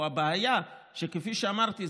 הבעיה היא שכפי שאמרתי,